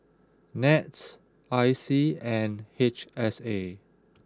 nets I C and H S A